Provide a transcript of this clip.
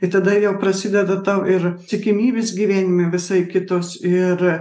ir tada vėl prasideda tau ir tikimybės gyvenime visai kitos ir